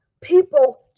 people